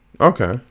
Okay